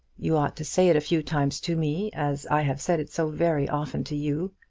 you ought to say it a few times to me, as i have said it so very often to you.